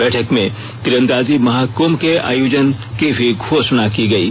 बैठक में तीरंदाजी महाकृंभ के आयोजन की भी घोषणा की गयी